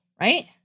right